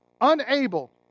unable